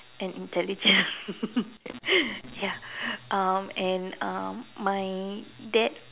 and intelligent ya um and um my dad